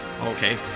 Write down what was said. Okay